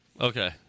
Okay